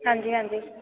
ਹਾਂਜੀ ਹਾਂਜੀ